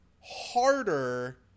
harder